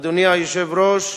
אדוני היושב-ראש,